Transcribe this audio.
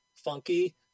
Funky